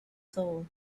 soul